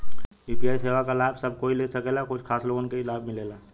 UPI सेवा क लाभ सब कोई ले सकेला की कुछ खास लोगन के ई लाभ मिलेला?